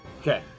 Okay